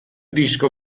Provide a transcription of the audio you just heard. disco